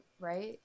right